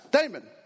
Damon